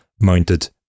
mounted